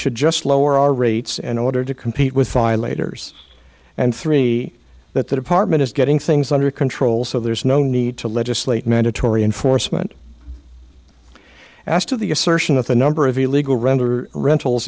should just lower our rates and in order to compete with violators and three that the department is getting things under control so there's no need to legislate mandatory enforcement asked of the assertion that the number of illegal render rentals